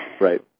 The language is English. Right